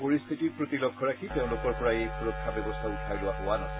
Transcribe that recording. পৰিস্থিতিৰ প্ৰতি লক্ষ্য ৰাখি তেওঁলোকৰ পৰা এই সুৰক্ষা ব্যৱস্থা উঠাই লোৱা হোৱা নাছিল